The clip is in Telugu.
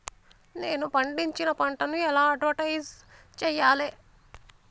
నేను పండించిన పంటను ఎలా అడ్వటైస్ చెయ్యాలే?